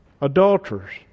Adulterers